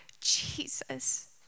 Jesus